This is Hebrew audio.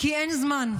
כי אין זמן.